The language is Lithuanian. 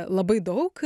labai daug